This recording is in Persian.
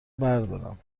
بردارم